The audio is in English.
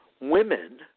Women